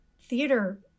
theater